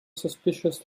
suspicious